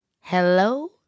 Hello